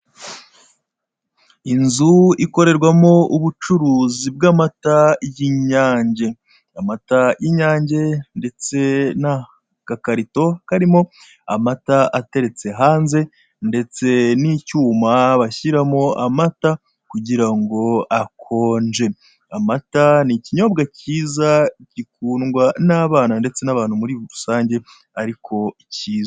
Inzu ikorerwamo ubucuri bw'amata y'inyange, amata y'inyange ndetse n'agakarito karimo amata ateretse hanze ndetse n'icyuma bashyiramo amata kugirango akonje. Amata n'ikinyobwa cyiza gikundwa n'abana ndetse n'abantu muri rusange ariko cyiza.